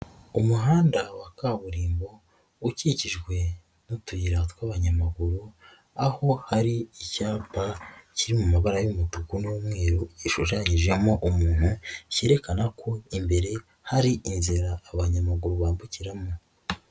Umuhanda wa kaburimbo ukikijwe n'utuyira tw'abanyamaguru, aho hari icyapa kiri mu mabara y'umutuku n'umweru, gishushanyijemo umuntu, cyerekana ko imbere hari inzira abanyamaguru bambukiramo.